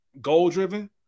goal-driven